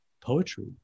poetry